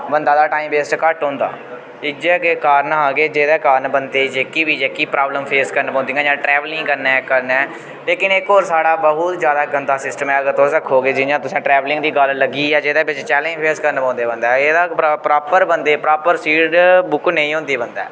बन्दा दा time waste घट्ट होन्दा इ'यै कारण हा कि जेह्दे कारण बंदे गी जेह्की बी जेह्की प्रॉब्लम फेस करने पौंदियां जां ट्रैवलिंग कन्नै लेकिन इक होर साढ़ा बहोत जादा गंदा सिस्टम ऐ अगर तुस आक्खो की जि'यां तुसें ट्रैवलिंग दी गल्ल लग्गी अजें किश चैलेंज फेस करने पौंदे बंदे एह्दा प्रॉपर बंदे ई प्रॉपर सीट बुक नेईं होंदी बंदे